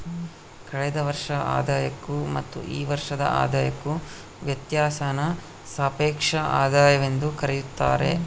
ಕಳೆದ ವರ್ಷದ ಆದಾಯಕ್ಕೂ ಮತ್ತು ಈ ವರ್ಷದ ಆದಾಯಕ್ಕೂ ವ್ಯತ್ಯಾಸಾನ ಸಾಪೇಕ್ಷ ಆದಾಯವೆಂದು ಕರೆಯುತ್ತಾರೆ